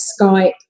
Skype